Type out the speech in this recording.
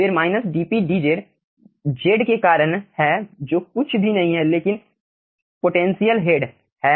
फिर dpdz z के कारण है जो कुछ भी नहीं है लेकिन पोटेंशियल हेड है